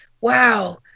wow